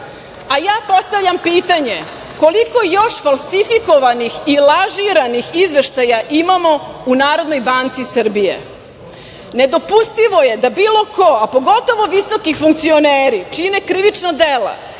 ja postavljam pitanje – koliko još falsifikovanih i lažiranih izveštaja imamo u Narodnoj banci Srbije? Nedopustivo je da bilo ko, a pogotovo visoki funkcioneri, čini krivična dela